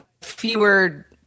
fewer